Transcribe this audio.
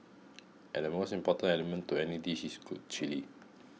and the most important element to any dish is good chilli